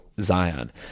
Zion